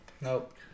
Nope